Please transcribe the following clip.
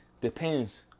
depends